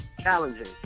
challenging